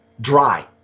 dry